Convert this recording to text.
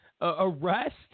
arrest